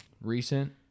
recent